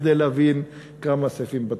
כדי להבין כמה סעיפים בתקציב,